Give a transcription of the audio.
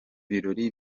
birori